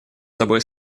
тобой